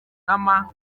nama